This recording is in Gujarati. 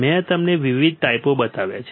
મેં તમને વિવિધ ટાઈપો બતાવ્યા છે